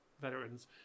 veterans